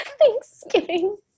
thanksgiving